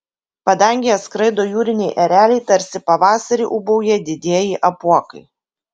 padangėje skraido jūriniai ereliai tarsi pavasarį ūbauja didieji apuokai